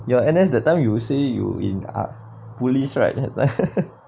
your N_S that time you say you in a police right